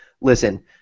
listen